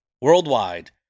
Worldwide